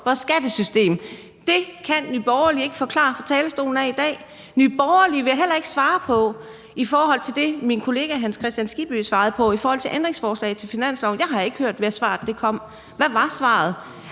vores skattesystem. Det kan Nye Borgerlige ikke forklare fra talerstolen i dag, og Nye Borgerlige ville heller ikke svare på det, som min kollega Hans Kristian Skibby spurgte om i forhold til et ændringsforslag til finansloven. Jeg har ikke hørt, at svaret kom. Hvad var svaret?